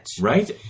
Right